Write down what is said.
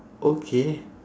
okay